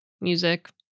music